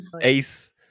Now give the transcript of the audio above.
Ace